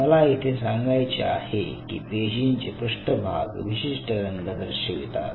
मला येथे सांगायचे आहे की पेशींचे पृष्ठभाग विशिष्ट रंग दर्शवितात